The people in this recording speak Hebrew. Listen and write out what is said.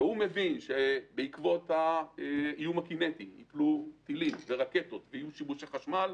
הוא מבין שבעקבות האיום הקינטי ייפלו טילים ורקטות ויהיו שיבושי חשמל.